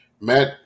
Matt